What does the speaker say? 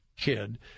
kid